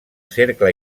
cercle